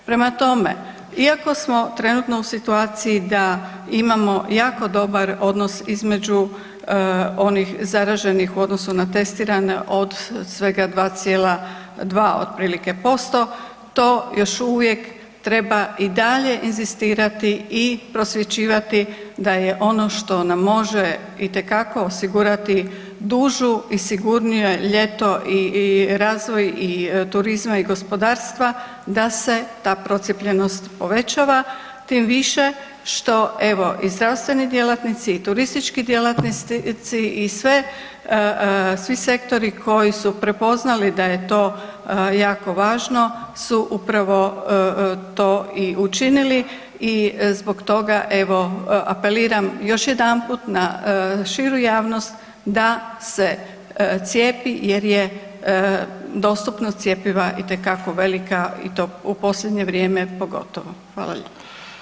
Prema tome, iako smo trenutno u situaciji da imamo jako dobar odnos između onih zaraženih u odnosu na testiranje, od svega 2,2 od prilike posto, to još uvijek treba i dalje inzistirati i prosvjećivati da je ono što nam može itekako osigurati dužu i sigurnije ljeto i razvoj i turizma i gospodarstva, da se ta procijepljenost povećava, tim više što evo i zdravstveni djelatnici i turistički djelatnici i sve, svi sektori koji su prepoznali da je to jako važno su upravo to i učinili i zbog toga evo, apeliram još jedanput na širu javnost da se cijepi jer je dostupnost cjepiva itekako velika i to u posljednje vrijeme pogotovo.